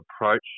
approach